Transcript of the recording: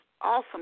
awesome